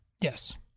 Yes